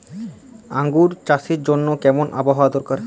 আঙ্গুর চাষের জন্য কেমন আবহাওয়া দরকার?